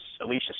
Alicia